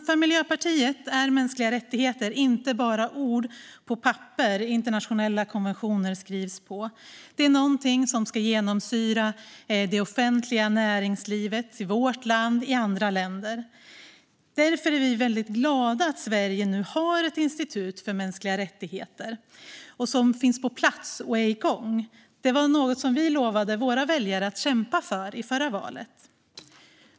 För Miljöpartiet är mänskliga rättigheter inte bara ord på de papper som internationella konventioner skrivs på. Det är något som ska genomsyra det offentliga och näringslivet i vårt land och i alla länder. Därför är vi väldigt glada att Sverige nu har ett institut för mänskliga rättigheter som finns på plats och är igång. Det var något som vi lovade våra väljare att kämpa för i förra valet.